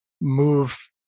move